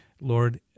Lord